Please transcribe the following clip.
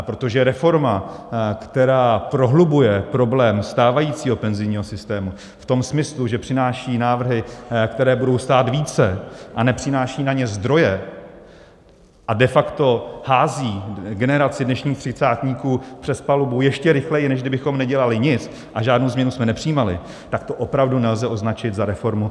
Protože reforma, která prohlubuje problém stávajícího penzijního systému v tom smyslu, že přináší návrhy, které budou stát více, a nepřináší na ně zdroje a de facto hází generaci dnešních třicátníků přes palubu ještě rychleji, než kdybychom nedělali nic a žádnou změnu jsme nepřijímali, tak to opravdu nelze označit za reformu.